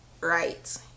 right